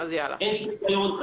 אין שום הגיון.